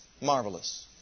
Marvelous